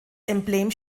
emblem